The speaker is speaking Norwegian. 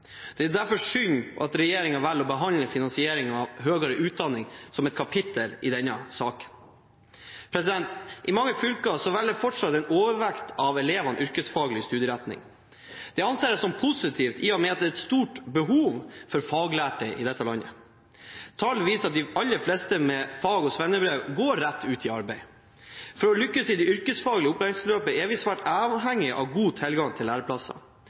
Det er derfor synd at regjeringen velger å behandle finansieringen av høyere utdanning som et kapittel i denne saken. I mange fylker velger fortsatt en overvekt av elevene yrkesfaglig studieretning. Det anser jeg som positivt, i og med at det er et stort behov for faglærte i dette landet. Tall viser at de aller fleste med fag-/svennebrev går rett ut i arbeid. For å lykkes i det yrkesfaglige opplæringsløpet er vi svært avhengige av god tilgang på læreplasser.